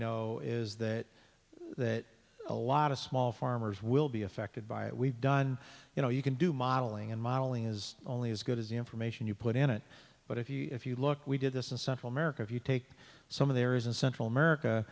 know is that that a lot of small farmers will be affected by it we've done you know you can do modeling and modeling is only as good as the information you put in it but if you if you look we did this in central america if you take some of there is in central america